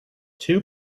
two